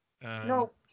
No